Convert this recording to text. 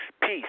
Peace